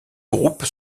groupes